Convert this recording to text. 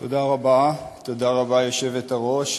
תודה רבה, היושבת-ראש.